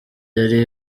yari